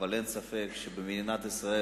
אבל אין ספק שבמדינת ישראל,